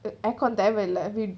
uh air con தேவஇல்ல: theva illa